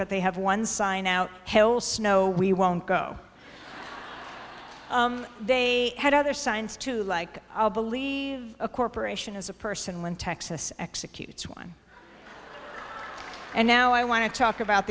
but they have one sign now hello snow we won't go they had other signs too like i'll believe a corporation is a person when texas executes one and now i want to talk about